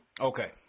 Okay